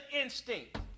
instinct